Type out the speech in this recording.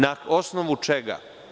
Na osnovu čega?